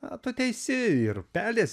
o tu teisi ir pelės